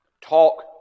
Talk